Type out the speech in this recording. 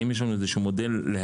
האם יש לנו מודל להעתיק?